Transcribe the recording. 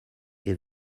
est